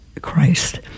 Christ